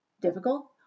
difficult